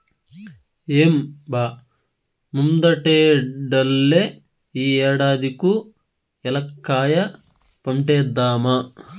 ఏం బా ముందటేడల్లే ఈ ఏడాది కూ ఏలక్కాయ పంటేద్దామా